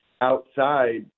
outside